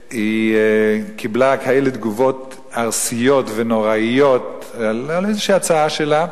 שקיבלה תגובות ארסיות ונוראיות על איזו הצעה שלה.